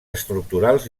estructurals